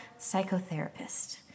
psychotherapist